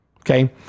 Okay